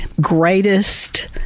greatest